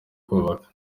kwubaka